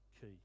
key